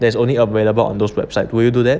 there's only available on those website will you do that